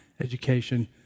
education